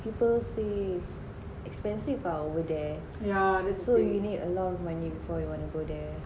people says expensive ah over there so you need a lot of money before you wanna go there